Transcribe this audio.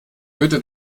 würde